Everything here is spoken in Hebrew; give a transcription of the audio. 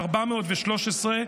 413,